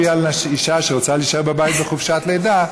אבל אל תכפי על אישה שרוצה להישאר בבית בחופשת לידה,